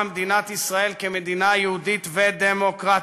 מדינת ישראל כמדינה יהודית ודמוקרטית,